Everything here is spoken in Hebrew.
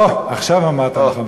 אוה, עכשיו אמרת נכון.